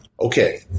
Okay